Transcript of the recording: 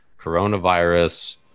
Coronavirus